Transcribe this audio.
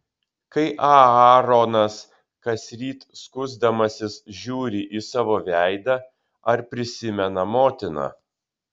kai aaronas kasryt skusdamasis žiūri į savo veidą ar prisimena motiną